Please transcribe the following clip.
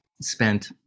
spent